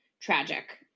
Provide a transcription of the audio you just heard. tragic